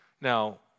Now